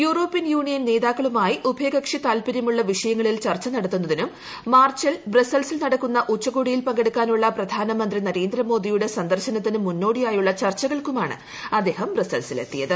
European Union നേതാക്കളുമായി ഉഭയകക്ഷി താൽപ്പര്യമുള്ള വിഷയങ്ങളിൽ ചർച്ച നടത്തുന്നതിനും മാർച്ചിൽ ബ്രസൽസിൽ നടക്കുന്ന ഉച്ചകോടിയിൽ പങ്കെടുക്കാനുള്ള പ്രധാനമന്ത്രി നരേന്ദ്രമോദിയുടെ സന്ദർശനത്തിന് മുന്നോടിയായുള്ള ചർച്ചകൾക്കുമാണ് അദ്ദേഹം ബ്രസൽസിലെത്തിയത്